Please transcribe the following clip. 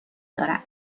دارد